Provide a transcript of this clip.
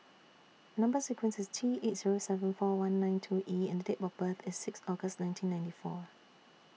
Number sequence IS T eight Zero seven four one nine two E and Date of birth IS six August nineteen ninety four